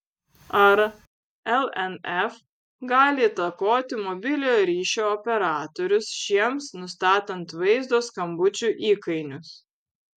ar lnf gali įtakoti mobiliojo ryšio operatorius šiems nustatant vaizdo skambučių įkainius